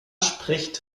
spricht